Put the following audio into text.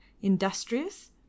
industrious